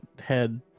head